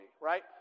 right